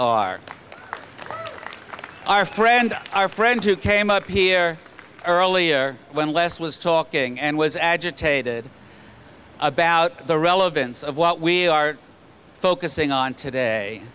are our friend our friend who came up here earlier when les was talking and was agitated about the relevance of what we are focusing on today